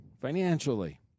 financially